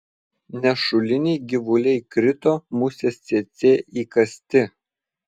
nešuliniai gyvuliai krito musės cėcė įkąsti